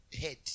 head